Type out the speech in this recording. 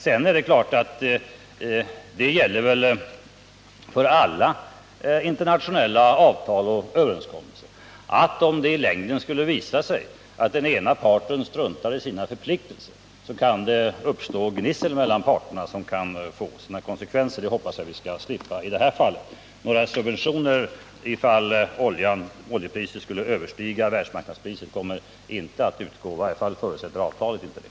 Sedan gäller det väl för alla internationella avtal och överenskommelser att det, om det skulle visa sig att den ena parten struntar i sina förpliktelser, uppstår gnissel som kan få sina konsekvenser. Det hoppas jag vi skall slippa i det här fallet. Några subventioner kommer inte att utgå för att kompensera förekommande skillnader mellan normpris och världsmarknadspris. I varje fall förutsätter inte avtalet det.